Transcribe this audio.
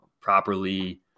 properly